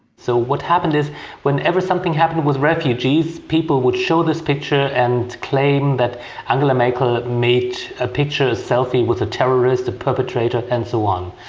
so what happened is whenever something happened with refugees, people would show this picture and claim that angela merkel made a picture, a selfie, with a terrorist, a perpetrator, and so on.